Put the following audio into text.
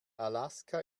alaska